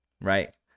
Right